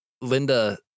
Linda